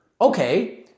Okay